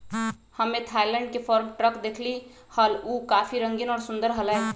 हम्मे थायलैंड के farm truck देखली हल, ऊ काफी रंगीन और सुंदर हलय